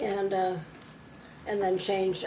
and down and then change